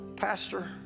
Pastor